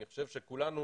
אני חושב שכולנו